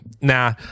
nah